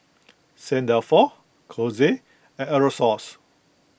Saint Dalfour Kose and Aerosoles